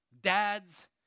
dad's